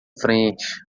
frente